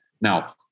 Now